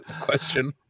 question